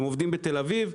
האם הם עובדים בתל אביב.